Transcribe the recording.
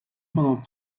pendant